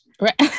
right